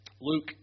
Luke